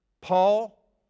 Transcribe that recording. Paul